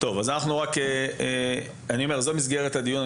זאת מסגרת הדיון,